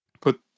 put